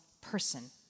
person